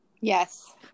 yes